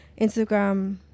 Instagram